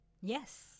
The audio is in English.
Yes